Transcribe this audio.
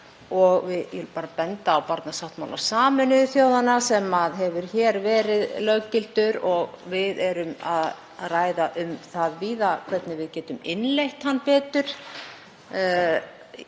á. Ég vil bara benda á barnasáttmála Sameinuðu þjóðanna sem hefur verið löggiltur hér og við erum að ræða um það víða hvernig við getum innleitt hann betur.